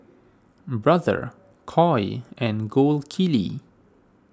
Brother Koi and Gold Kili